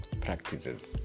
practices